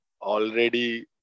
already